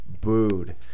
booed